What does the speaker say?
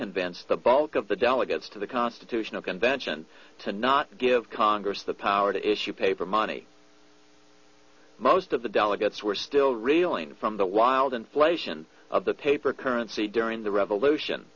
convinced the bulk of the delegates to the constitutional convention to not give congress the power to issue paper money most of the delegates were still reeling from the wild inflation of the paper currency during the revolution